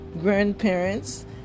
grandparents